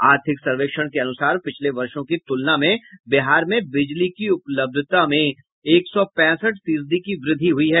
आर्थिक सर्वेक्षण के अनुसार पिछले वर्षों की तुलना में बिहार में बिजली की उपलब्धता में एक सौ पैंसठ फीसदी की वृद्धि हुई है